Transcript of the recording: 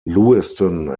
lewiston